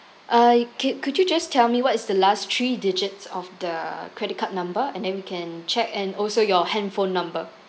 I could could you just tell me what is the last three digits of the credit card number and then we can check and also your handphone number